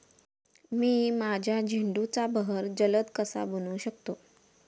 मी माझ्या झेंडूचा बहर जलद कसा बनवू शकतो?